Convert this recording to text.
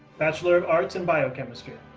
bachelor of arts in biochemistry.